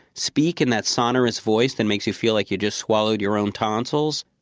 speak in that sonorous voice that makes you feel like you just swallowed your own tonsils?